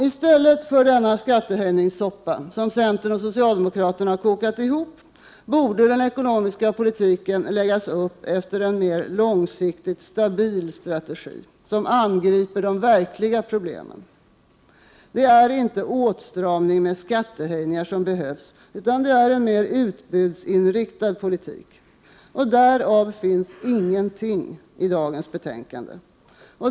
I stället för denna skattehöjningssoppa som centern och socialdemokraterna kokat ihop borde den ekonomiska politiken läggas upp efter en mer långsiktigt stabil strategi som angriper de verkliga problemen. Det är inte åtstramning med skattehöjningar som behövs utan en mer utbudsinriktad politik. Och därav finns intet i dagens betänkande.